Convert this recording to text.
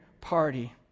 party